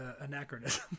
anachronism